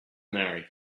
marry